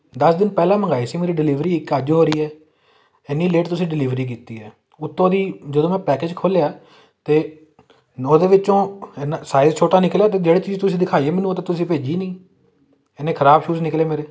ਦਸ ਦਿਨ ਪਹਿਲਾਂ ਮੰਗਵਾਏ ਸੀ ਮੇਰੀ ਡਿਲੀਵਰੀ ਇੱਕ ਅੱਜ ਹੋ ਰਹੀ ਹੈ ਇੰਨੀ ਲੇਟ ਤੁਸੀਂ ਡਿਲੀਵਰੀ ਕੀਤੀ ਹੈ ਉੱਤੋਂ ਦੀ ਜਦੋਂ ਮੈਂ ਪੈਕਜ ਖੋਲ੍ਹਿਆ ਅਤੇ ਨ ਉਹਦੇ ਵਿੱਚੋਂ ਨ ਸਾਈਜ਼ ਛੋਟਾ ਨਿਕਲਿਆ ਅਤੇ ਜਿਹੜੀ ਚੀਜ਼ ਤੁਸੀਂ ਦਿਖਾਈ ਹੈ ਮੈਨੂੰ ਉਹ ਤਾਂ ਤੁਸੀਂ ਭੇਜੀ ਨਹੀਂ ਐਨੇ ਖਰਾਬ ਸ਼ੂਜ਼ ਨਿਕਲੇ ਮੇਰੇ